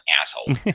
asshole